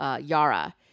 Yara